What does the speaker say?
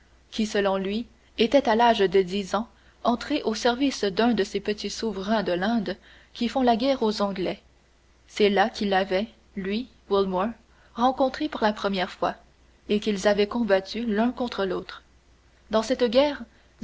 qui selon lui était à l'âge de dix ans entré au service d'un de ces petits souverains de l'inde qui font la guerre aux anglais c'est là qu'il l'avait lui wilmore rencontré pour la première fois et qu'ils avaient combattu l'un contre l'autre dans cette guerre